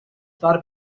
thought